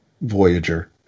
voyager